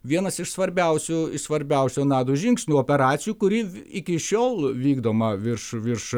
vienas iš svarbiausių iš svarbiausių nato žingsnių operacijų kuri iki šiol vykdoma virš virš